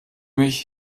mich